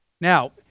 Now